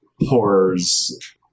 horrors